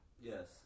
Yes